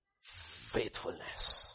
Faithfulness